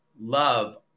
love